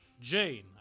Jane